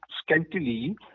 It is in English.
scantily